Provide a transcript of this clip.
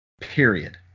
Period